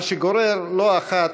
מה שגורר, לא אחת,